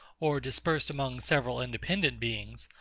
or dispersed among several independent beings,